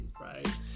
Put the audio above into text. right